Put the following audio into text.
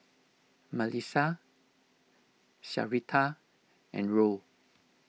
Malissa Syreeta and Roll